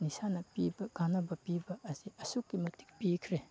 ꯅꯤꯁꯥꯅ ꯄꯤꯕ ꯀꯥꯟꯅꯕ ꯄꯤꯕ ꯑꯁꯤ ꯑꯁꯨꯛꯀꯤ ꯃꯇꯤꯛ ꯄꯤꯈ꯭ꯔꯦ